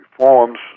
reforms